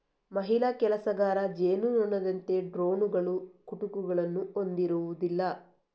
ಮಹಿಳಾ ಕೆಲಸಗಾರ ಜೇನುನೊಣದಂತೆ ಡ್ರೋನುಗಳು ಕುಟುಕುಗಳನ್ನು ಹೊಂದಿರುವುದಿಲ್ಲ